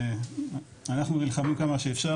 אנחנו נלחמים כמה שאפשר,